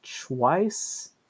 twice